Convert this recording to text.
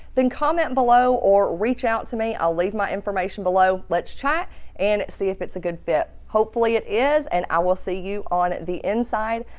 then comment below or reach out to me. i'll leave my information below. let's chat and see if it's a good fit. hopefully it is and i will see you on the inside.